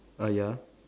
ah ya